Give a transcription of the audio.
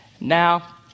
Now